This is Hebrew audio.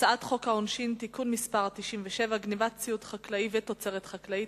הצעת חוק העונשין (תיקון מס' 97) (גנבת ציוד חקלאי ותוצרת חקלאית),